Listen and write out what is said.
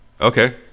okay